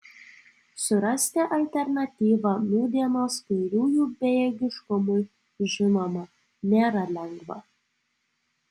surasti alternatyvą nūdienos kairiųjų bejėgiškumui žinoma nėra lengva